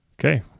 Okay